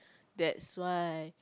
that's why